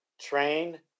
Train